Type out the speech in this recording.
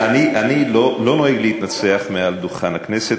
אני לא נוהג להתנצח מעל דוכן הכנסת.